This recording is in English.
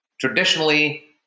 traditionally